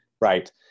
Right